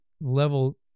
level